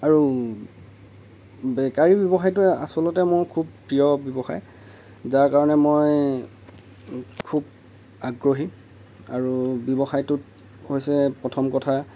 আৰু বেকাৰী ব্যৱসায়টোৱেই আচলতে মোৰ খুব প্ৰিয় ব্যৱসায় যাৰ কাৰণে মই খুব আগ্ৰহী আৰু ব্যৱসায়টোত হৈছে প্ৰথম কথা